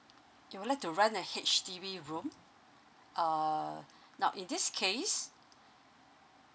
you would like to rent a H_D_B room uh now in this case